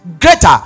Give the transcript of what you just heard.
greater